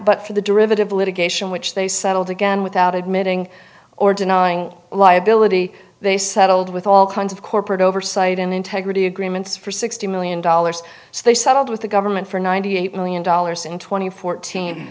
but for the derivative litigation which they settled again without admitting or denying liability they settled with all kinds of corporate oversight and integrity agreements for sixty million dollars they settled with the government for ninety eight million dollars in tw